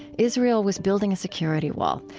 israel was building a security wall,